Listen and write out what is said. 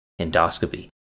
endoscopy